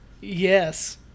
Yes